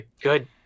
good